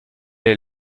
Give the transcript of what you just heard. est